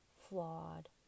flawed